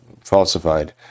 falsified